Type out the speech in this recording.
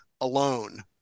Alone